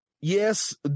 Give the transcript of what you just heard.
yes